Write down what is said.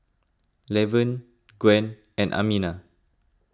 Lavern Gwen and Amina